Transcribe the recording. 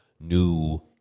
new